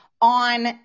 on